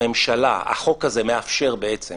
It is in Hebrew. החוק הזה מאפשר בעצם